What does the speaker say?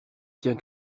tient